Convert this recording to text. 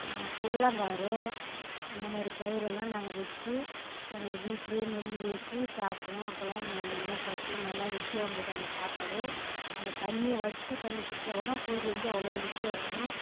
கொல்லங்காரு இந்த மாதிரி பயிர் எல்லாம் நாங்கள் வச்சி எங்களுக்கு வீட்டில் நெல் அவுச்சி சாப்புடுவோம் அப்போல்லாம் எங்களுக்கு நல்லா சத்து நல்லா ருசியாக இருந்தது அந்த சாப்பாடு அந்த தண்ணியை வடிச்ச தண்ணி குடிச்சால் கூடும் புது தெளிந்து அவ்வளோ ருசியாக இருக்கும்